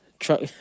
Truck